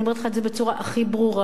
אני אומרת לך את זה בצורה הכי ברורה.